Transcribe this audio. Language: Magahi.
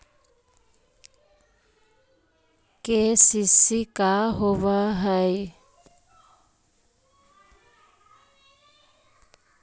के.सी.सी का होव हइ?